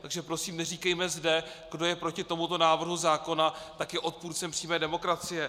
Takže prosím, neříkejme zde, kdo je proti tomuto návrhu zákona, tak je odpůrcem přímé demokracie.